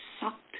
sucked